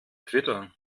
twitter